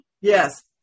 yes